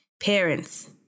Parents